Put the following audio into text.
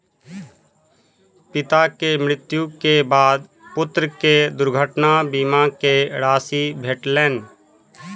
पिता के मृत्यु के बाद पुत्र के दुर्घटना बीमा के राशि भेटलैन